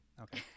Okay